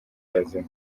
bazima